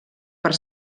per